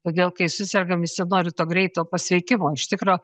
todėl kai susergam visi nori to greito pasveikimo iš tikro